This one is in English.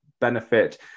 benefit